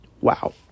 Wow